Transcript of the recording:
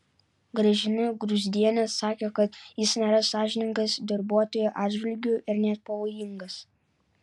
gražina gruzdienė sakė kad jis nėra sąžiningas darbuotojų atžvilgiu ir net pavojingas